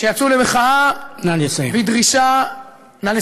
שיצאו למחאה בדרישה, נא לסיים.